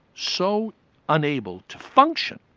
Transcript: so unable to function,